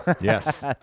Yes